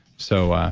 so,